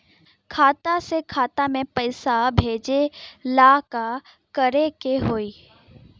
खाता से खाता मे पैसा भेजे ला का करे के होई?